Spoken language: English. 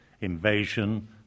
invasion